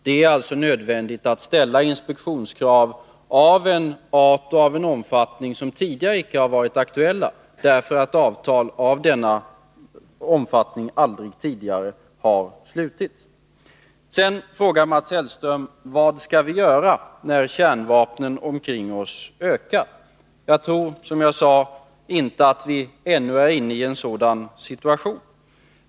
Det är alltså nödvändigt att ställa inspektionskrav av en art och en omfattning som tidigare icke varit aktuella, därför att avtal av denna omfattning aldrig tidigare har slutits. Sedan frågade Mats Hellström: Vad skall vi göra när kärnvapnen omkring oss ökar? Jag tror, som jag tidigare sade, att vi ännu inte är inne i en sådan situation.